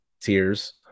tears